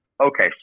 Okay